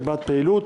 הגבלת פעילות),